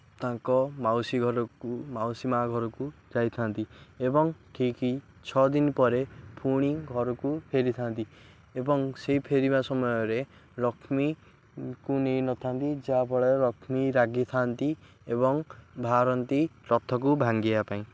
ତାଙ୍କ ମାଉସୀ ଘରକୁ ମାଉସୀ ମା' ଘରକୁ ଯାଇଥାନ୍ତି ଏବଂ ଠିକ୍ ଛଅ ଦିନ ପରେ ପୁଣି ଘରକୁ ଫେରିଥାନ୍ତି ଏବଂ ସେଇ ଫେରିବା ସମୟରେ ଲକ୍ଷ୍ମୀଙ୍କୁ ନେଇନଥାନ୍ତି ଯାହା ଫଳରେ ଲକ୍ଷ୍ମୀ ରାଗିଥାନ୍ତି ଏବଂ ବାହାରନ୍ତି ରଥକୁ ଭାଙ୍ଗିବା ପାଇଁ